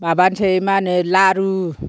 माबानोसै मा होनो लारु